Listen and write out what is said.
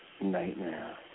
nightmare